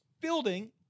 building